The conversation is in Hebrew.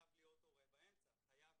חייב